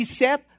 set